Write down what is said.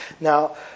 Now